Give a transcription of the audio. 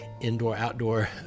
indoor-outdoor